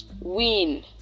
win